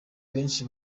benshi